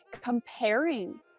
comparing